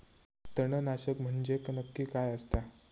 तणनाशक म्हंजे नक्की काय असता?